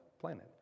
planet